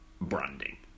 branding